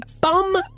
bum